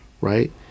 Right